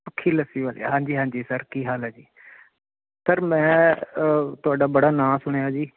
ਸੁੱਖੀ ਲੱਸੀ ਵਾਲੇ ਹਾਂਜੀ ਹਾਂਜੀ ਸਰ ਕੀ ਹਾਲ ਹੈ ਜੀ ਸਰ ਮੈਂ ਤੁਹਾਡਾ ਬੜਾ ਨਾਂ ਸੁਣਿਆ ਜੀ